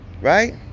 Right